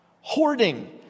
Hoarding